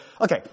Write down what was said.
Okay